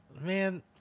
Man